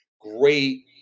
great